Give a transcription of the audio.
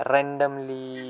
Randomly